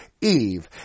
Eve